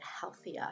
healthier